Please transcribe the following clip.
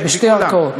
בשתי ערכאות.